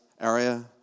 area